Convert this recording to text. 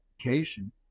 education